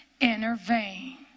Intervene